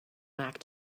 act